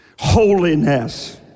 holiness